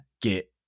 get